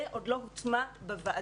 זה עוד לא הוטמע בוועדות.